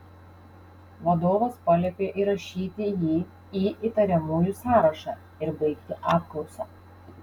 vadovas paliepė įrašyti jį į įtariamųjų sąrašą ir baigti apklausą